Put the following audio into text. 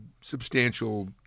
substantial